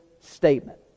statement